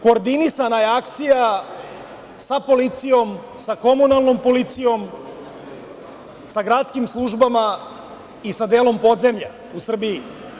Koordinisana je akcija sa policijom, sa komunalnom policijom, sa gradskim službama i sa delom podzemlja u Srbiji.